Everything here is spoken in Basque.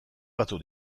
batzuk